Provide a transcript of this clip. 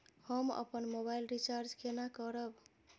हम अपन mobile recharge केना करब?